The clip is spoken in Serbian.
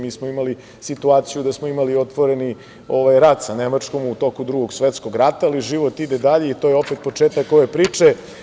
Mi smo imali situaciju da smo imali otvoreni rat sa Nemačkom u toku Drugog svetskog rata, ali život ide dalje i to je opet početak ove priče.